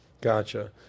Gotcha